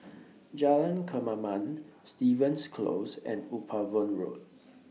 Jalan Kemaman Stevens Close and Upavon Road